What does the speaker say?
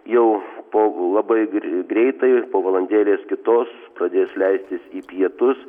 jau po labai greitai po valandėlės kitos pradės leistis į pietus